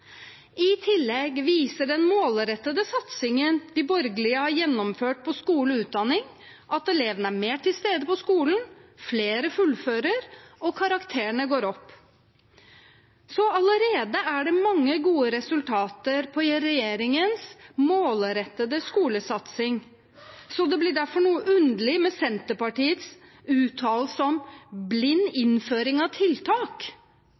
I tillegg viser den målrettede satsingen de borgerlige har gjennomført på skole og utdanning, at elevene er mer til stede på skolen, flere fullfører, og karakterene går opp. Så det er allerede mange gode resultater av regjeringens målrettede skolesatsing. Det blir derfor noe underlig med Senterpartiets uttalelse om blind innføring av tiltak.